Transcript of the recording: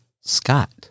scott